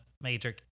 major